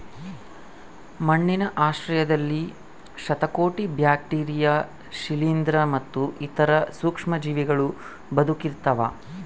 ಮಣ್ಣಿನ ಆಶ್ರಯದಲ್ಲಿ ಶತಕೋಟಿ ಬ್ಯಾಕ್ಟೀರಿಯಾ ಶಿಲೀಂಧ್ರ ಮತ್ತು ಇತರ ಸೂಕ್ಷ್ಮಜೀವಿಗಳೂ ಬದುಕಿರ್ತವ